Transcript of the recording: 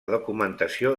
documentació